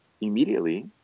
immediately